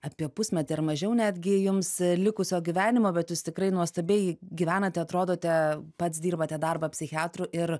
apie pusmetį ar mažiau netgi jums likusio gyvenimo bet jūs tikrai nuostabiai gyvenate atrodote pats dirbate darbą psichiatru ir